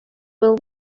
will